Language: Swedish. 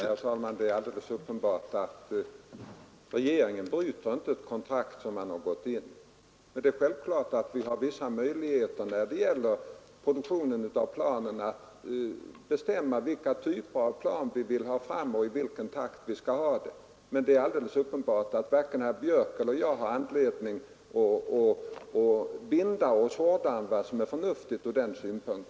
Herr talman! Det är alldeles uppenbart att regeringen inte bryter ett kontrakt som den har ingått, men det är självklart att vi har vissa möjligheter att bestämma vilka typer av plan vi vill ha fram och i vilken takt vi vill ha dem. Men det är också uppenbart att varken herr Björck i Nässjö eller jag har anledning att i detta avseende binda oss hårdare än vad som är förnuftigt.